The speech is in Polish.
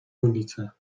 ulicę